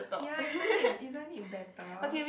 ya isn't it isn't it better